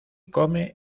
come